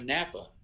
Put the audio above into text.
Napa